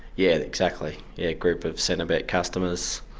yeah exactly, a group of centrebet customers.